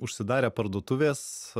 užsidarė parduotuvės